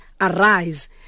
arise